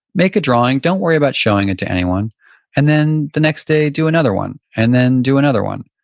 make a drawing. don't worry about showing it to anyone and then the next day, do another one, and then do another one,